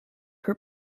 her